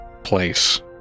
place